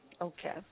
Okay